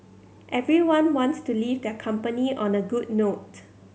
everyone wants to leave their company on a good note